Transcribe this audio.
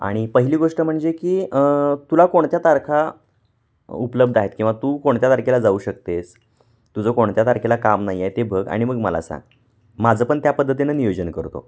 आणि पहिली गोष्ट म्हणजे की तुला कोणत्या तारखा उपलब्ध आहेत किंवा तू कोणत्या तारखेला जाऊ शकते आहेस तुझं कोणत्या तारखेला काम नाही आहे ते बघ आणि मग मला सांग माझं पण त्या पद्धतीनं नियोजन करतो